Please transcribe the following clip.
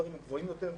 המספרים הם גבוהים יותר.